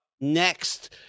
next